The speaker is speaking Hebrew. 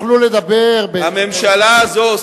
הממשלה הזאת,